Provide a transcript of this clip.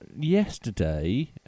yesterday